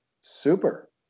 super